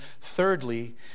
thirdly